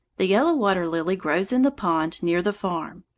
the yellow water-lily grows in the pond near the farm.